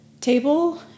table